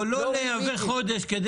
או לא לייבא חודש?